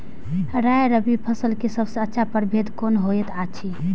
राय रबि फसल के सबसे अच्छा परभेद कोन होयत अछि?